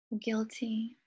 guilty